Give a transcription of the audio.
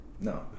No